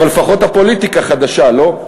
אבל לפחות הפוליטיקה חדשה, לא?